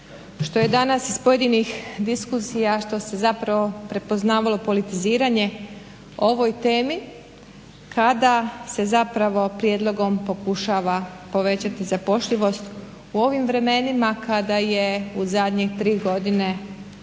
što je danas iz pojedinih diskusija, što se zapravo prepoznavalo politiziranje o ovoj temi kada se zapravo prijedlogom pokušava povećati zapošljivost u ovim vremenima kada je u zadnjih tri godine